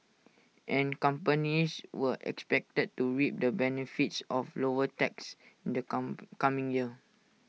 and companies were expected to reap the benefits of lower taxes in the come coming year